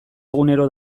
egunero